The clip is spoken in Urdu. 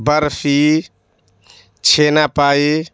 برفی چھینا پائی